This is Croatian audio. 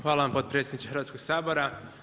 Hvala vam potpredsjedniče Hrvatskog sabora.